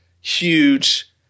huge